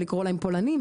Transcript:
ולקרא להם פולנים,